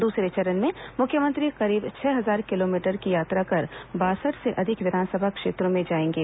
दूसरे चरण में मुख्यमंत्री करीब छह हजार किलोमीटर की यात्रा कर बासठ से अधिक विधानसभा क्षेत्रों में जाएंगे